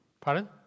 Pardon